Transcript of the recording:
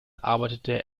arbeitete